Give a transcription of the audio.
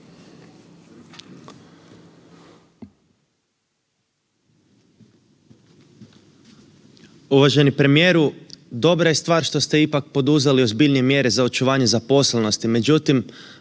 Uvaženi premijeru, dobra je stvar što ste ipak poduzeli ozbiljnije mjere za očuvanje zaposlenosti,